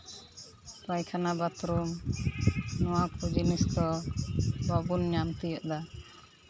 ᱯᱟᱭᱠᱷᱟᱱᱟ ᱵᱟᱛᱷᱨᱩᱢ ᱱᱚᱣᱟ ᱠᱚ ᱡᱤᱱᱤᱥ ᱫᱚ ᱵᱟᱵᱚᱱ ᱧᱟᱢ ᱛᱤᱭᱳᱜ ᱫᱟ